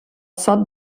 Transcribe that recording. sot